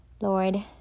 Lord